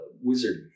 wizard